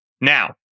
Now